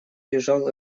лежал